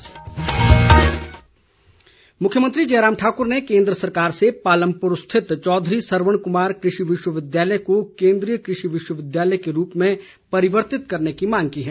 मुख्यमंत्री मुख्यमंत्री जयराम ठाकुर ने केन्द्र सरकार से पालमपुर स्थित चौधरी सरवण कुमार कृषि विश्वविद्यालय को केन्द्रीय कृषि विश्वविद्यालय के रूप में परिवर्तित करने की मांग की है